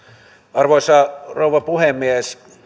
arvoisa rouva puhemies